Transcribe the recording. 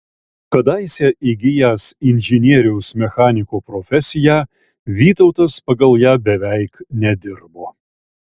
kadaise įgijęs inžinieriaus mechaniko profesiją vytautas pagal ją beveik nedirbo